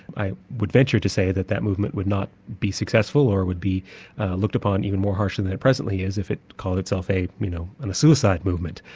i would venture to say that that movement would not be successful, or would be looked upon even more harshly than it presently is, if it called itself a you know and suicide movement.